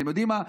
אתם יודעים מה?